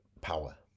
power